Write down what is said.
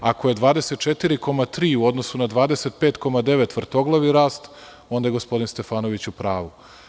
Ako je 24,3 u odnosu na 25,9 vrtoglavi rast, onda je gospodin Stefanović u pravu.